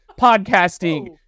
podcasting